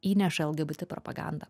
įneša lgbt propagandą